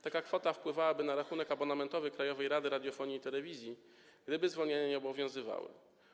Taka kwota wpływałaby na rachunek abonamentowy Krajowej Rady Radiofonii i Telewizji, gdyby zwolnienia te nie obowiązywały.